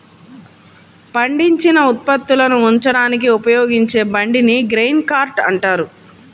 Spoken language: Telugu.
పండించిన ఉత్పత్తులను ఉంచడానికి ఉపయోగించే బండిని గ్రెయిన్ కార్ట్ అంటారు